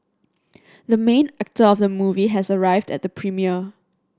the main actor of the movie has arrived at the premiere